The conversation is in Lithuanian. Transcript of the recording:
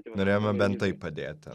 norėjome bent taip padėti